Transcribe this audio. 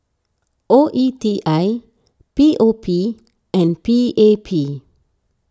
O E T I P O P and P A P